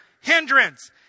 Hindrance